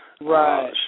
Right